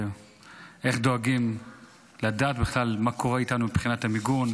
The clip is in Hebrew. איך דואגים בכלל לדעת מה קורה איתנו מבחינת המיגון,